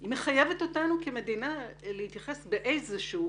היא מחייבת אותנו כמדינה להתייחס באיזשהו